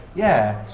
yeah,